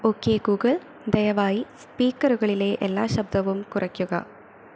okay Google ദയവായി സ്പീക്കറുകളിലെ എല്ലാ ശബ്ദവും കുറയ്ക്കുക